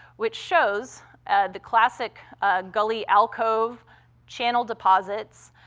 which shows the classic gully alcove channel deposits,